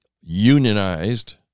unionized